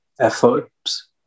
efforts